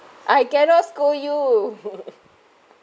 I cannot scold you